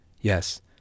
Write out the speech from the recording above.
Yes